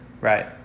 right